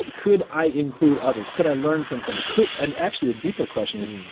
ah could i include others? could i learn from somebody? could. and actually, the deeper question is,